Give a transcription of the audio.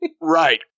Right